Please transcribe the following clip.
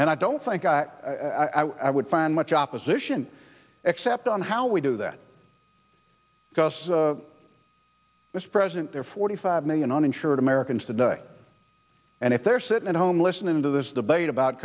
and i don't think i would find much opposition except on how we do that because this president there are forty five million uninsured americans today and if they're sitting at home listening to this debate about